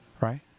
right